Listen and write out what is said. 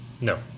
No